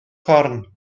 corn